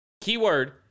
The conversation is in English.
keyword